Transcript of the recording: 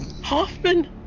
Hoffman